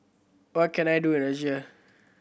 what can I do in Russia